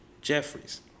Jeffries